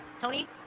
Tony